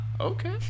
okay